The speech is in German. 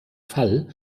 fall